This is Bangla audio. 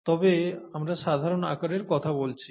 তবে আমরা সাধারণ আকারের কথা বলছি